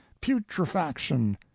putrefaction